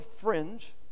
fringe